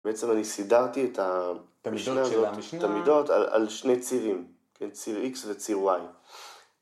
‫בעצם אני סידרתי את המידות על שני צירים. ‫ציר X וציר Y.